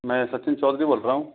मैं सचिन चौधरी बोल रहा हूँ